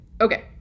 Okay